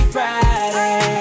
Friday